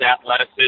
athleticism